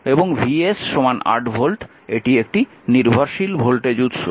এবং Vs 8 volt এটি একটি নির্ভরশীল ভোল্টেজ উৎস